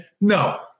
No